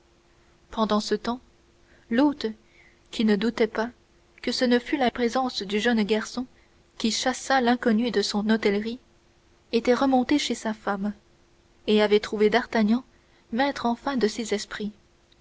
pendant ce temps l'hôte qui ne doutait pas que ce ne fût la présence du jeune garçon qui chassât l'inconnu de son hôtellerie était remonté chez sa femme et avait trouvé d'artagnan maître enfin de ses esprits